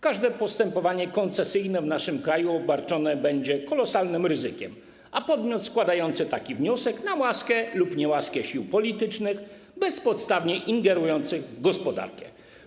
Każde postępowanie koncesyjne w naszym kraju będzie obarczone kolosalnym ryzykiem, a podmiot składający taki wniosek zdany na łaskę lub niełaskę sił politycznych bezpodstawnie ingerujących w gospodarkę.